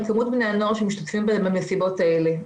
מספר בני הנוער שמשתתפים במסיבות האלה.